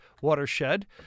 Watershed